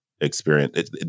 experience